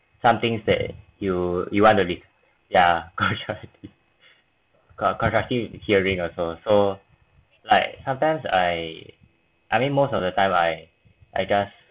somethings that you you want to leave yeah got constructive hearing also so like sometimes I I mean most of the time I I just